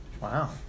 Wow